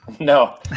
No